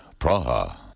Praha